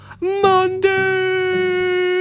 Monday